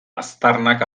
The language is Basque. aztarnak